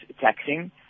taxing